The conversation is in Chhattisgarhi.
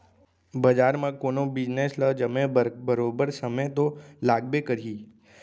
बजार म कोनो बिजनेस ल जमे बर बरोबर समे तो लागबे करही